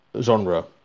genre